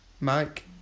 Mike